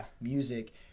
music